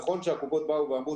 נכון שהקופות באו ואמרו,